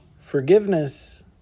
forgiveness